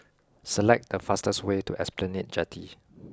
select the fastest way to Esplanade Jetty